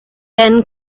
ben